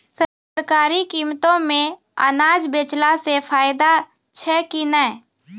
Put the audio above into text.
सरकारी कीमतों मे अनाज बेचला से फायदा छै कि नैय?